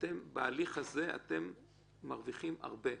בהליך הזה אתם מרוויחים הרבה,